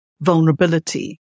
vulnerability